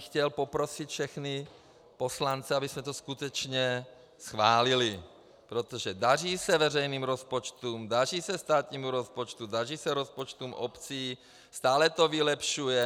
Chtěl bych poprosit všechny poslance, abychom to skutečně schválili, protože se daří veřejným rozpočtům, daří se státnímu rozpočtu, daří se rozpočtům obcí, stále to vylepšujeme.